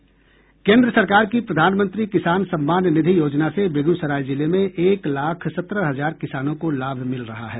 केंद्र सरकार की प्रधानमंत्री किसान सम्मान निधि योजना से बेगूसराय जिले में एक लाख सत्रह हजार किसानों को लाभ मिल रहा है